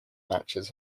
matches